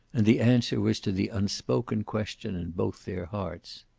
and the answer was to the unspoken question in both their hearts.